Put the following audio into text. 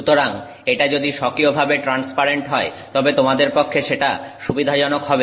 সুতরাং যদি এটা স্বকীয়ভাবে ট্রান্সপারেন্ট হয় তবে তোমাদের পক্ষে সেটা সুবিধাজনক হবে